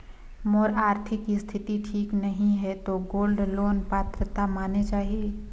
मोर आरथिक स्थिति ठीक नहीं है तो गोल्ड लोन पात्रता माने जाहि?